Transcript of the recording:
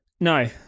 No